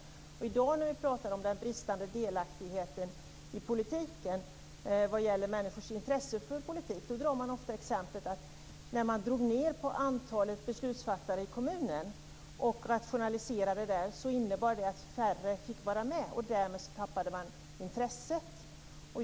När vi i dag pratar om människors bristande intresse och delaktighet i politiken drar vi ofta ett exempel: När man drog ned på antalet beslutsfattare i kommunen och rationaliserade där innebar det att färre fick vara med, och därmed tappade människor intresset.